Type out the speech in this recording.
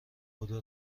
بدو